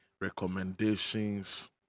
recommendations